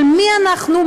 של מי אנחנו,